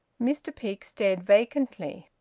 mr peake stared vacantly.